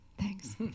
Thanks